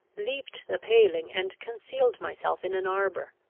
leaped the paling, and concealed myself in an arbour.